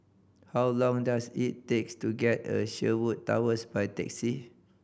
how long does it takes to get a Sherwood Towers by taxi